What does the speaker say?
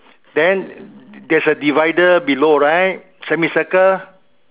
then there's a divider below right semicircle